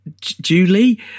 Julie